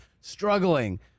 struggling